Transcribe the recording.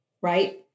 right